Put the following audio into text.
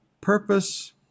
purpose